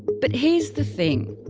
but here's the thing.